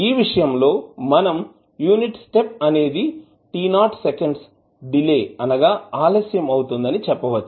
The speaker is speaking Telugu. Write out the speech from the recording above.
ఈ విషయం లో మనం యూనిట్ స్టెప్ అనేది t 0 సెకండ్స్ డిలే అనగా ఆలస్యం అవుతుంది అని చెప్పవచ్చు